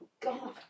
god